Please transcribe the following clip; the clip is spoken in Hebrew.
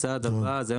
הצעד הבא הוא,